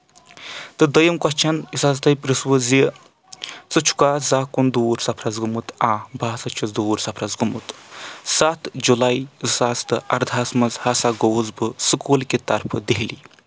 تہٕ دوٚیِم کوسچن یُس حظ تۄہہِ پرٛژھوٕ زِ ژٕ چھُکھ زَہنۍ کُنہِ دوٗر سفرس گوٚمُت آ بہٕ ہسا چھُس دوٗر سفرس گوٚمُت ستھ جولائی زٕ ساس تہٕ اردہَس منٛز ہسا گوٚوُس بہٕ سکوٗل کہِ طرفہٕ دہلی